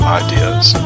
ideas